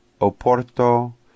Oporto